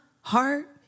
heart